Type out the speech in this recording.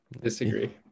Disagree